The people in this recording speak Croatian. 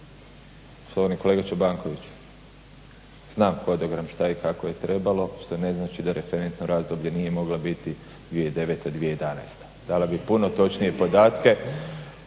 Poštovani kolega Čobankoviću, znam Hodogram što i kako je trebalo, što ne znači da referentno razdoblje nije mogla biti 2009. i 2011. Dala bi puno točnije podatke